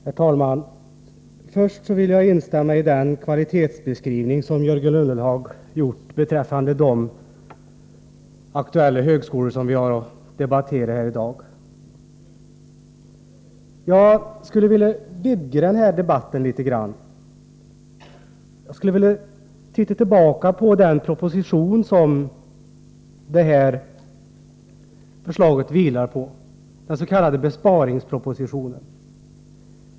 Herr talman! Först vill jag instämma i den kvalitetsbeskrivning som Jörgen Ullenhag gav beträffande de högskolor som vi har att debattera här i dag. Jag skulle vilja vidga den här debatten litet. Jag skulle vilja gå tillbaka och se på den proposition som förslaget vilar på, den s.k. besparingspropositionen.